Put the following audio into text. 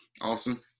Awesome